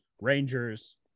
Rangers